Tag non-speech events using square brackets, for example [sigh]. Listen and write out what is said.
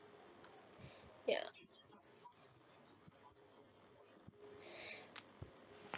ya [breath]